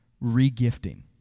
re-gifting